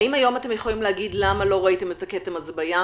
האם היום אתם יכולים להגיד למה לא ראיתם את הכתם הזה בים?